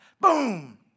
Boom